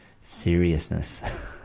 seriousness